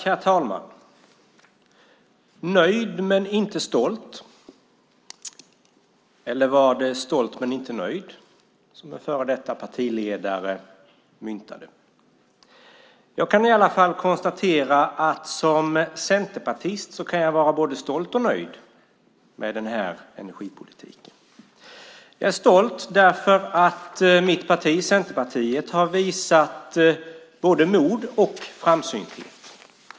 Herr talman! Nöjd men inte stolt, eller var det stolt men inte nöjd som en före detta partiledare myntade? Jag kan i alla fall konstatera att jag som centerpartist kan vara både stolt och nöjd med denna energipolitik. Jag är stolt därför att mitt parti, Centerpartiet, har visat både mod och framsynthet.